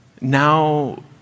now